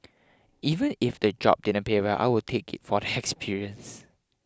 even if the job didn't pay well I would take it for the experience